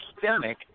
systemic